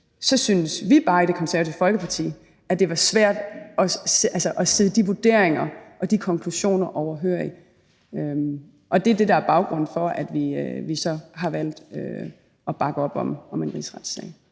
så syntes vi bare i Det Konservative Folkeparti, at det var svært at sidde de vurderinger og konklusioner overhørig. Det er det, der er baggrunden for, at vi så har valgt at bakke op om en rigsretssag.